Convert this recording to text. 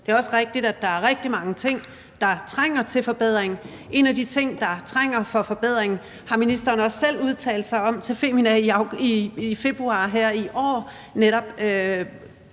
Det er også rigtigt, at der er rigtig mange ting, der trænger til forbedring. En af de ting, som trænger til forbedring, har ministeren selv udtalt sig om til Femina i februar her i år: